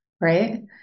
right